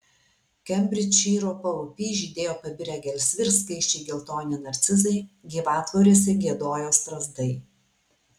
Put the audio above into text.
kembridžšyro paupy žydėjo pabirę gelsvi ir skaisčiai geltoni narcizai gyvatvorėse giedojo strazdai